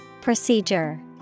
Procedure